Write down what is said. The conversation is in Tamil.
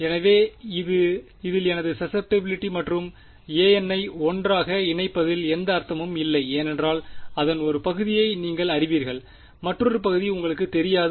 எனவே இதில் இதை χnமற்றும் anஐ 1 ஆகா இணைப்பதில் எந்த அர்த்தமும் இல்லை ஏனென்றால் அதன் ஒரு பகுதியை நீங்கள் அறிவீர்கள் மற்றொரு பகுதி உங்களுக்குத் தெரியாது